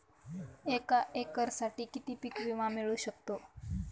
एका एकरसाठी किती पीक विमा मिळू शकतो?